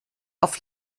auf